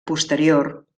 posterior